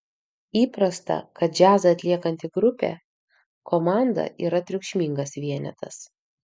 įprasta kad džiazą atliekanti grupė komanda yra triukšmingas vienetas